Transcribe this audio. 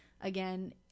again